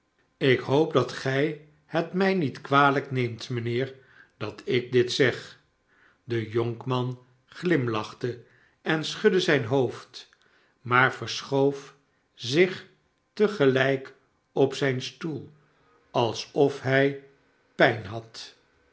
ik hoop dat gij het mij niet kwalijk neemt mijnheer dat ik dit zeg f de jonkman glimlachte en schudde zijn hoofd maar verschoof zich te gelijk op zijn stoel alsof hij pijn had